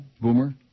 Boomer